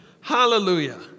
Hallelujah